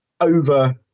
over